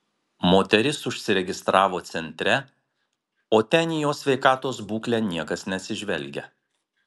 moteris užsiregistravo centre o ten į jos sveikatos būklę niekas neatsižvelgia